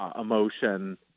emotion